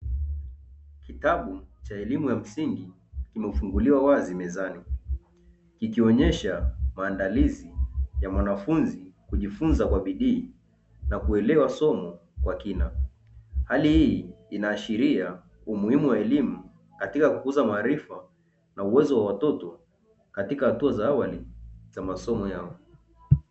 Kitabu cha elimu ya msingi imefunguliwa wazi mezani, kikionyesha maandalizi ya mwanafunzi kujifunza kwa bidii na kuelewa somo kwa kina hali hii inaashiria umuhimu wa elimu katika kukuza maarifa na uwezo wa watoto katika hatua za awali za masomo yao.